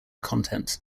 content